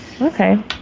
okay